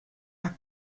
are